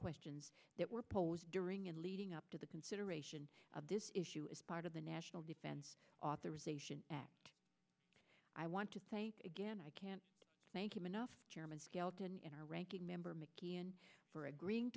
questions that were posed during and leading up to the consideration of this issue as part of the national defense authorization act i want to thank again i can't thank you enough chairman skelton in our ranking member mckeon for agreeing